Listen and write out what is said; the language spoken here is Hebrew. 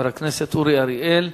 חבר הכנסת אורי אריאל.